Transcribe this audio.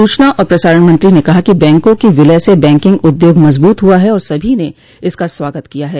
सूचना और प्रसारण मंत्री ने कहा कि बैंकों के विलय स बैंकिंग उद्योग मजबूत हुआ है और सभी ने इसका स्वागत किया है